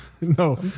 No